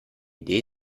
idee